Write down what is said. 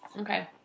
Okay